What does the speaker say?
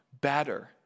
better